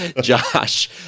Josh